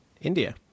India